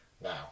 Now